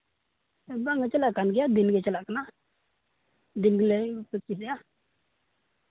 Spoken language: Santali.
ᱵᱟᱝᱜᱮ ᱪᱟᱞᱟᱜ ᱠᱟᱱ ᱜᱮᱭᱟ ᱫᱤᱱᱜᱮ ᱪᱟᱞᱟᱜ ᱠᱟᱱᱟ ᱫᱤᱱ ᱜᱮᱞᱮ ᱯᱮᱠᱴᱤᱥᱮᱜᱼᱟ